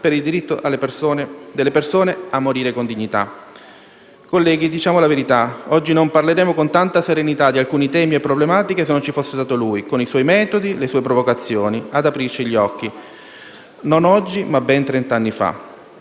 per il diritto delle persone a morire con dignità. Colleghi, diciamo la verità, oggi non parleremmo con tanta serenità di alcuni temi e problematiche se non ci fosse stato lui - con i suoi metodi e le sue provocazioni - ad aprirci gli occhi. Non oggi, ma ben trent'anni fa.